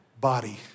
Body